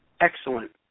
excellent